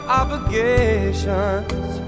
obligations